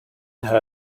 her